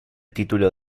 título